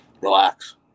relax